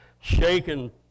shaken